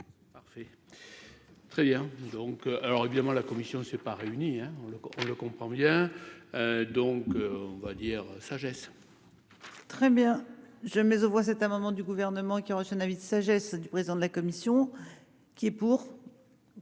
parfait. Très bien, donc, alors, évidemment, la commission ne s'est pas réuni on le, on le comprend bien, donc on va dire sagesse. Très bien, je mets aux voix cet amendement du gouvernement qui a reçu un avis de sagesse du président de la commission qui est pour.